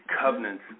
covenants